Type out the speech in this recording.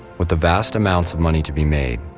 with the vast amounts of money to be made,